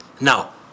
Now